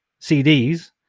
CDs